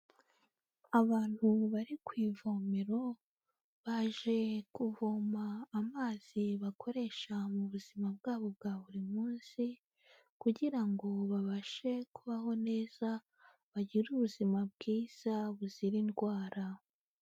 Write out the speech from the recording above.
Abantu bari ku ivomero baje kuvoma amazi bakoresha mu buzima bwabo bwa buri munsi kugira ngo babashe kubaho neza, bagire ubuzima bwiza buzira indwara.